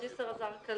זרקא